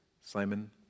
Simon